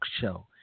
Show